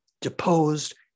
deposed